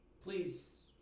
please